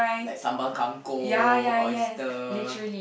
like sambal kang-kong oyster